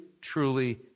truly